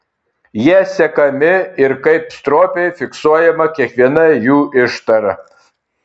jie sekami ir kaip stropiai fiksuojama kiekviena jų ištara